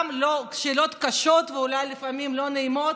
גם שאלות קשות ואולי לפעמים לא נעימות,